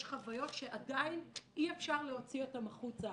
חוויות שעדיין אי אפשר להוציא אותן החוצה.